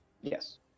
Yes